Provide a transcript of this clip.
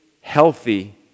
healthy